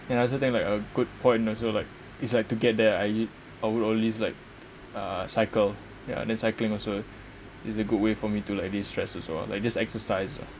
and I also think like a good point also like is like to get there I I would always like uh cycle ya and then cycling also is a good way for me to like de-stress also lah like just exercise lah